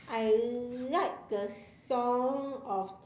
I like the song of